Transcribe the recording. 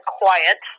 quiet